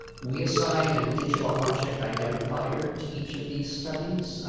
we assign a digital object identifier to each of these studies.